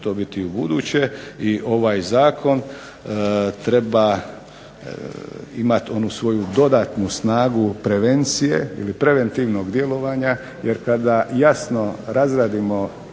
to biti i ubuduće i ovaj zakon treba imati onu svoju dodatnu snagu prevencije, ili preventivnog djelovanja, jer kada jasno razradimo